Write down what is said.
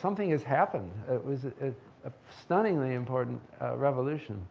something has happened. it was a stunningly important revolution.